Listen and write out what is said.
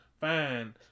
Fine